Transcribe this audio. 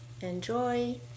Enjoy